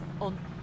on